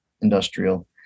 industrial